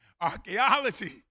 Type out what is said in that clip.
archaeology